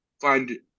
find